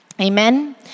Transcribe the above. Amen